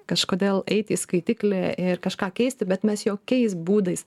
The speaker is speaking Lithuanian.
kažkodėl eit į skaitiklį ir kažką keisti bet mes jokiais būdais